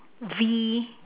V